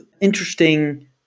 interesting